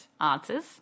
answers